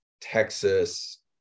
Texas